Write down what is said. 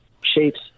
shapes